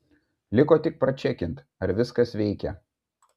liko tik pračekint ar viskas veikia